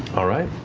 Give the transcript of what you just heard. all right.